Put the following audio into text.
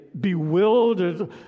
bewildered